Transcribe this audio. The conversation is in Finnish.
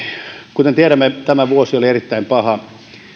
kuten tiedämme tämä vuosi oli erittäin paha